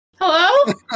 Hello